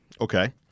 Okay